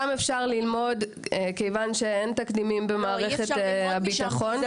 מכיוון שאין תקדימים במערכת הביטחון אפשר